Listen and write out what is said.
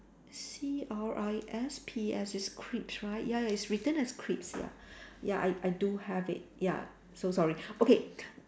C R I S P S it's crisps right ya ya it's written as crisps ya ya I I do have it ya so sorry okay